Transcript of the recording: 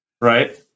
right